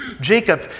Jacob